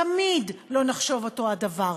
תמיד לא נחשוב אותו הדבר,